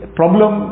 problem